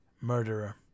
Murderer